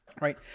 right